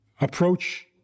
approach